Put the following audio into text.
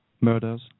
murders